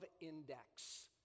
index